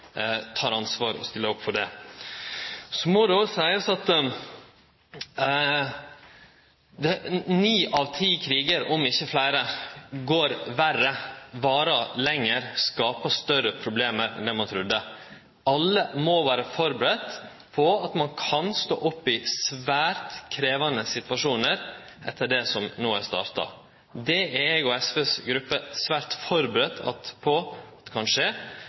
ansvar og stiller opp for det. Det må òg seiast at ni av ti krigar, om ikkje fleire, går verre, varer lenger, skapar større problem enn det ein trudde. Alle må vere førebudde på at ein kan stå oppe i svært krevjande situasjonar etter det som no er starta. Det er eg og SVs gruppe svært førebudde på kan skje.